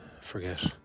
Forget